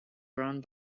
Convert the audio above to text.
run